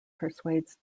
persuades